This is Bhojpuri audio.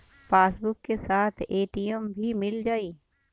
पासबुक के साथ ए.टी.एम भी मील जाई?